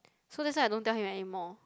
so that's why I don't tell him anymore